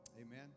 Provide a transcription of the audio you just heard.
Amen